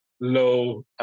low